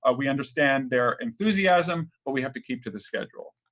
ah we understand their enthusiasm, but we have to keep to the schedule.